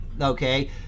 okay